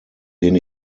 den